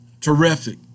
terrific